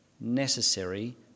necessary